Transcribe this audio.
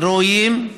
ראויים,